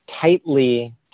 tightly